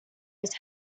his